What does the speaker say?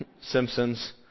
Simpsons